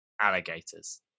alligators